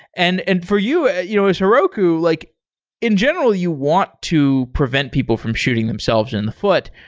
and and for you, ah you know as heroku, like in general, you want to prevent people from shooting themselves in the foot,